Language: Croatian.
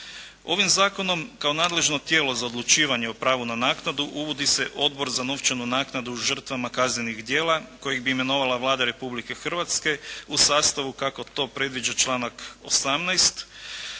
Ovim zakonom kao nadležno tijelo za odlučivanje o pravu na naknadu uvodi se Odbor za novčanu naknadu žrtvama kaznenih djela kojih bi imenovala Vlada Republike Hrvatske u sastavu kako to predviđa članak 18.